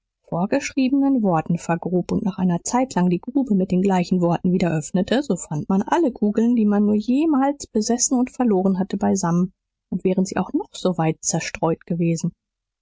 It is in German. vorgeschriebenen worten vergrub und nach einer zeitlang die grube mit den gleichen worten wieder öffnete so fand man alle kugeln die man nur jemals besessen und verloren hatte beisammen und wären sie auch noch so weit zerstreut gewesen